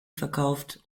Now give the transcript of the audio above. verkauft